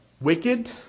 wicked